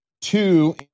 two